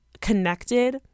connected